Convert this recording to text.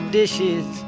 dishes